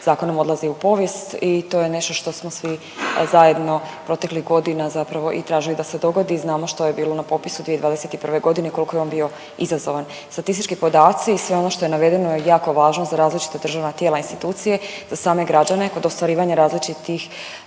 zakonom odlazi u povijest i to je nešto što smo svi zajedno proteklih godina zapravo i tražili da se dogodi. Znamo što je bilo na popisu 2021. godine, koliko je on bio izazovan. Statistički podaci i sve ono što je navedeno je jako važno za različita državna tijela i institucije, za same građane kod ostvarivanja različitih